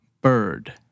Bird